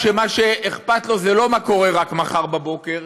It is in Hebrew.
כשמה שאכפת לו זה לא מה יקרה רק מחר בבוקר